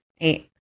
Eight